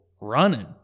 running